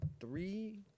three